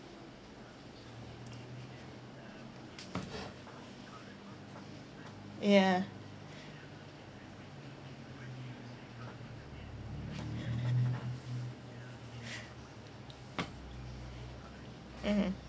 yeah mmhmm